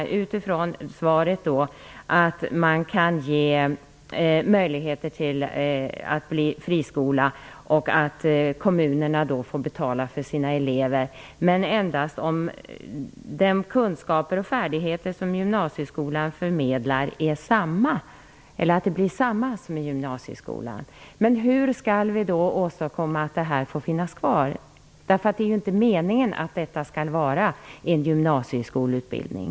I svaret står det att man kan ge möjligheter att bli friskola och att kommunerna får betala för sina elever, men endast om skolorna förmedlar samma kunskaper och färdigheter som gymnasieskolan. Hur skall vi då kunna åstadkomma att detta får finnas kvar? Det är ju inte meningen att detta skall vara en gymnasieutbildning.